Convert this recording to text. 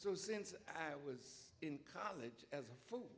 so since i was in college as a f